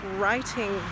writing